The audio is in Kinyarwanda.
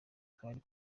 twari